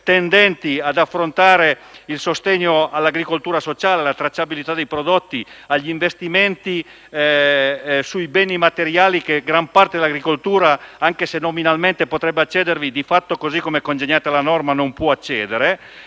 tendenti ad affrontare il sostegno all'agricoltura sociale, alla tracciabilità dei prodotti e agli investimenti sui beni materiali, cui gran parte dell'agricoltura, anche se nominalmente, potrebbe accedere, ma, di fatto, così come è congeniata la norma non può farlo.